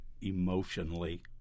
emotionally